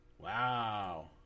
Wow